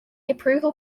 approval